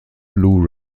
blu